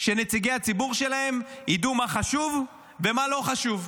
שנציגי הציבור שלהם ידעו מה חשוב ומה לא חשוב.